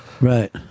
Right